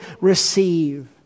receive